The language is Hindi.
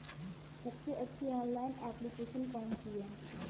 सबसे अच्छी ऑनलाइन एप्लीकेशन कौन सी है?